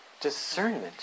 Discernment